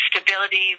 stability